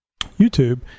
YouTube